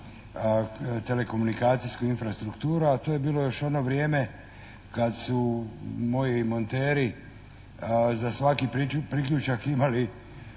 telekomunikacijsku infrastrukturu, a to je bilo još ono vrijeme kad su moji monteri za svaki priključak imali